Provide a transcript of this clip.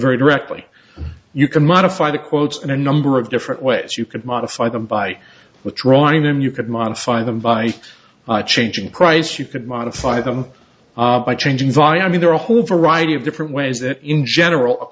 very directly you can modify the quotes in a number of different ways you could modify them by withdrawing them you could modify them by changing price you could modify them by changing volume i mean there are a whole variety of different ways that in general